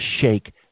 shake